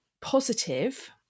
positive